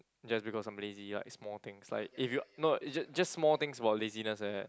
just because somebody lazy ah is small things like if you no you j~ just small things about laziness like that